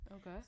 okay